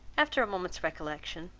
after a moment's recollection,